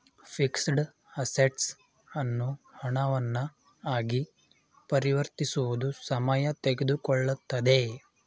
fixed assets ಅನ್ನು ಹಣವನ್ನ ಆಗಿ ಪರಿವರ್ತಿಸುವುದು ಸಮಯ ತೆಗೆದುಕೊಳ್ಳುತ್ತದೆ